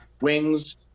Wings